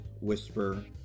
whisper